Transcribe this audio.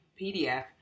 PDF